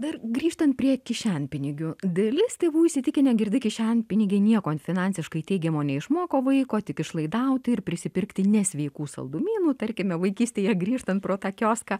dar grįžtant prie kišenpinigių dalis tėvų įsitikinę girdi kišenpinigiai nieko finansiškai teigiamo neišmoko vaiko tik išlaidauti ir prisipirkti nesveikų saldumynų tarkime vaikystėje grįžtant pro tą kioską